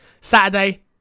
Saturday